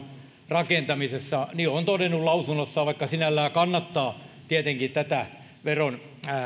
rakentamisessa on todennut lausunnossaan vaikka sinällään kannattaa tietenkin tätä